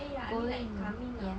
eh ya I mean like coming ah